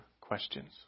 questions